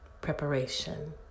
preparation